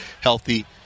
healthy